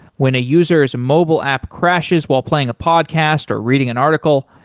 when a user's mobile app crashes while playing a podcast, or reading an article,